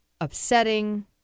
upsetting